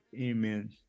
Amen